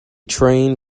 train